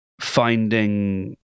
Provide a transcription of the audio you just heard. finding